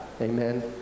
amen